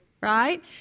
right